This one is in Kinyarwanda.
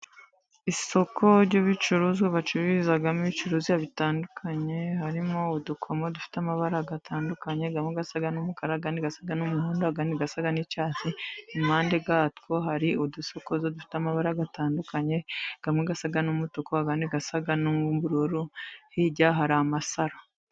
Isoko ry'ibicuruzwa bacururizamo ibicuruzwa bitandukanye harimo udukomo dufite amabara atandukanye, amwe asa n'umukara, asa n'umuhondo, andi asa n'icyatsi. Impande yatwo hari udusokozo dufite amabara atandukanye kamwe gasa n'umutuku ,asa n'ubururu hirya hari amasaro.